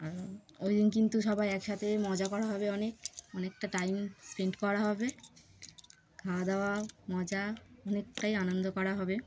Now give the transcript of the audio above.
আর ওই দিন কিন্তু সবাই একসাথে মজা করা হবে অনেক অনেকটা টাইম স্পেন্ড করা হবে খাওয়া দাওয়া মজা অনেকটাই আনন্দ করা হবে